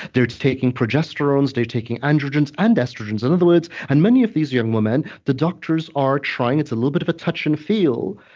they're taking progesterones, they're taking androgens and estrogens, in and other words, and many of these young women, the doctors are trying. it's a little bit of a touch and feel,